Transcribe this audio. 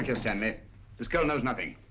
here, stanley this girl knows nothing.